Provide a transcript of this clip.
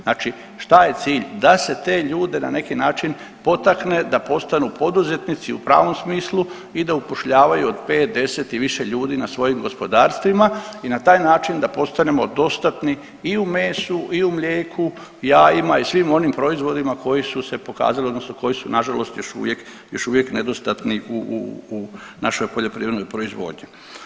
Znači šta je cilj da se te ljude na neki način potakne da postanu poduzetnici u pravom smislu i da upošljavaju od 5, 10 i više ljudi na svojim gospodarstvima i na taj način da postanemo dostatni i u mesu i u mlijeku, jajima i svim onim proizvodima koji su se pokazali odnosno koji su nažalost još uvijek, još uvijek nedostatni u našoj poljoprivrednoj proizvodnji.